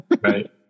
Right